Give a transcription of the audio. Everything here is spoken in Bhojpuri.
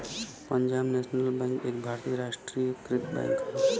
पंजाब नेशनल बैंक एक भारतीय राष्ट्रीयकृत बैंक हौ